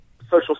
social